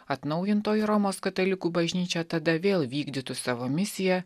atnaujintoji romos katalikų bažnyčia tada vėl vykdytų savo misiją